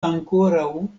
ankoraŭ